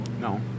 No